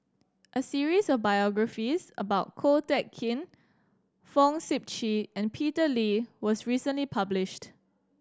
a series of biographies about Ko Teck Kin Fong Sip Chee and Peter Lee was recently published